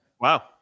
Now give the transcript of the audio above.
wow